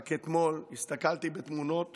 רק אתמול הסתכלתי בתמונות